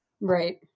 Right